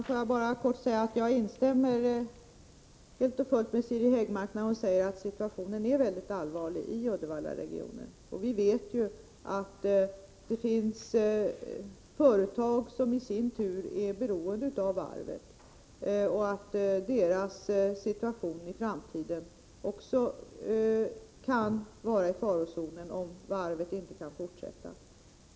Fru talman! Jag instämmer helt och fullt när Siri Häggmark säger att situationen är mycket allvarlig i Uddevallaregionen. Vi vet att det finns företag som i sin tur är beroende av varvet och att deras situation i framtiden också kan vara i farozonen, om varvet inte kan fortsätta.